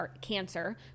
cancer